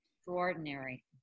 extraordinary